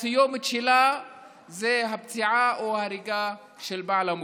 הסיומת שלו זה פציעה או הריגה של בעל המוגבלות.